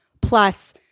plus